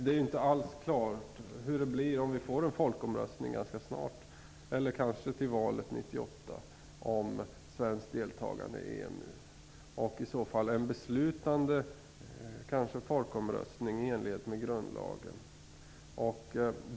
Det är inte alls klart om vi ganska snart eller kanske till valet 1998 får en folkomröstning om svenskt deltagande i EMU, eventuellt en beslutande folkomröstning i enlighet med grundlagen.